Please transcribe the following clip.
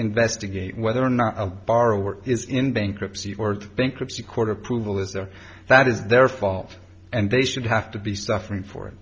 investigate whether or not a borrower is in bankruptcy or bankruptcy court approval is there that is their fault and they should have to be suffering for it